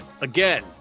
Again